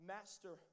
Master